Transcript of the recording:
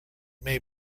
may